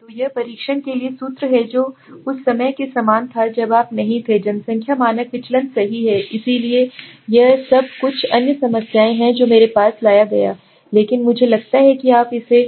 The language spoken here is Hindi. तो यह परीक्षण के लिए सूत्र है जो ऐसा है जो उस समय के समान था जब आप नहीं थे जनसंख्या मानक विचलन सही है इसलिए यह सब कुछ अन्य समस्याएं हैं जो मेरे पास हैं लाया गया लेकिन मुझे लगता है कि आप इसे